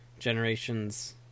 generations